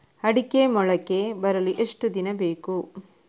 ಅಡಿಕೆ ಮೊಳಕೆ ಬರಲು ಎಷ್ಟು ದಿನ ಬೇಕು?